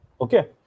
Okay